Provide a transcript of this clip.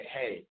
hey